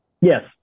Yes